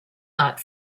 not